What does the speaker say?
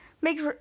makes